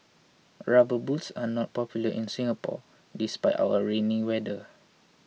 rubber boots are not popular in Singapore despite our rainy weather